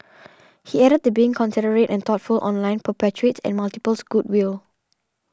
he added that being considerate and thoughtful online perpetuates and multiples goodwill